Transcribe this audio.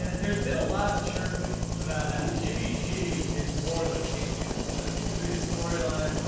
there's been a lot of chirping about how jimmy g is more than a game manager that seems to be a storyline.